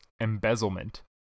embezzlement